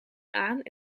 aan